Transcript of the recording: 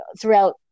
throughout